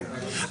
כן.